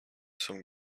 some